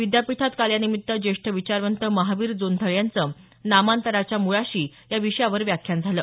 विद्यापीठात काल यानिमित्त ज्येष्ठ विचारवंत महावीर जोंधळे यांचं नामांतराच्या मुळाशी या विषयावर व्याख्यान झालं